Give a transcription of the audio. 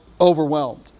overwhelmed